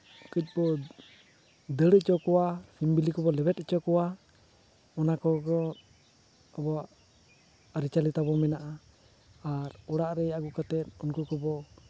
ᱠᱟᱺᱪ ᱵᱚ ᱫᱟᱹᱲ ᱚᱪᱚ ᱠᱚᱣᱟ ᱥᱤᱢ ᱵᱤᱞᱤ ᱠᱚᱵᱚ ᱞᱮᱵᱮᱫ ᱚᱪᱚ ᱠᱚᱣᱟ ᱱᱚᱣᱟ ᱠᱚᱜᱮ ᱟᱵᱚᱣᱟᱜ ᱟᱹᱨᱤᱪᱟᱹᱞᱤ ᱛᱟᱵᱚ ᱢᱮᱱᱟᱜᱼᱟ ᱟᱨ ᱚᱲᱟᱜ ᱨᱮ ᱟᱹᱜᱩ ᱠᱟᱛᱮᱫ ᱩᱱᱠᱩ ᱠᱚᱵᱚ